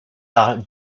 par